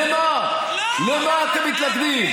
לְמה אתם מתנגדים?